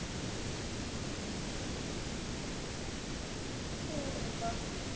ஆ சரி இப்போ ஏசி எப்படி க்ளீன் பண்ணுறதுனா சர்வீஸ் சென்டர் பக்கத்தில் ஏதாவது இருக்குங்களா ப்ளூ ஸ்டாரோடது